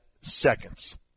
seconds